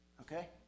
Okay